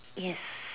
yes